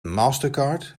mastercard